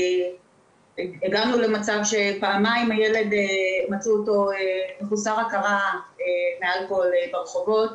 הגענו למצב שפעמיים מצאו את הילד מחוסר הכרה מאלכוהול ברחובות,